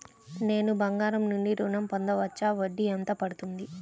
నేను బంగారం నుండి ఋణం పొందవచ్చా? వడ్డీ ఎంత పడుతుంది?